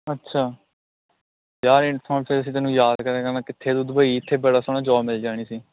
ਅੱਛਾ ਯਾਰ ਅਸੀਂ ਤੈਨੂੰ ਯਾਦ ਕਰਿਆ ਕਰਨਾ ਕਿੱਥੇ ਤੂੰ ਦੁਬਈ ਇੱਥੇ ਬੜਾ ਸੋਹਣਾ ਜੋਬ ਮਿਲ ਜਾਣੀ ਸੀ